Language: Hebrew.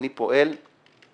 אני פועל במקצועיות,